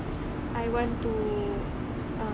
I want to ah